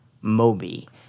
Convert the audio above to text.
Moby